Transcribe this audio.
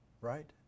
Right